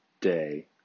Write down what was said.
day